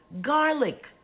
Garlic